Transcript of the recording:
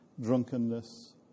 drunkenness